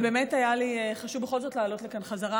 באמת היה לי חשוב בכל זאת לעלות לכאן חזרה.